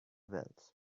veils